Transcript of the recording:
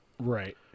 Right